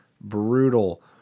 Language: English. brutal